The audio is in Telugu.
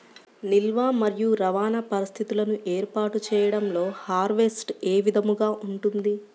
నిల్వ మరియు రవాణా పరిస్థితులను ఏర్పాటు చేయడంలో హార్వెస్ట్ ఏ విధముగా ఉంటుంది?